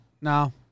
No